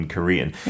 Korean